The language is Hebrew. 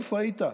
איפה היית?